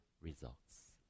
results